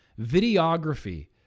Videography